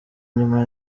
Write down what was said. nyuma